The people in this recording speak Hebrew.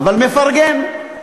אבל מפרגן.